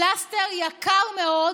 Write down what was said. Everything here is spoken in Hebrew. פלסטר יקר מאוד,